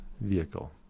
vehicle